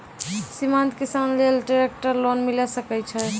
सीमांत किसान लेल ट्रेक्टर लोन मिलै सकय छै?